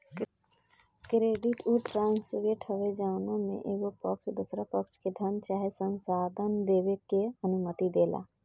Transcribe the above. credit उ trust हवे जवना में एगो पक्ष दोसरा पक्ष के धन चाहे संसाधन देबे के अनुमति देला